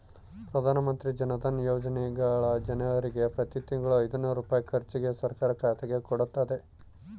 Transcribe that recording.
ಪ್ರಧಾನಮಂತ್ರಿ ಜನಧನ ಯೋಜನೆಗ ಜನರಿಗೆ ಪ್ರತಿ ತಿಂಗಳು ಐನೂರು ರೂಪಾಯಿ ಖರ್ಚಿಗೆ ಸರ್ಕಾರ ಖಾತೆಗೆ ಕೊಡುತ್ತತೆ